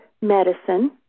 medicine